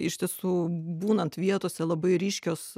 iš tiesų būnant vietose labai ryškios